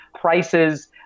prices